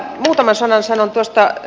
muutaman sanan sanon